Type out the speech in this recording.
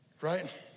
right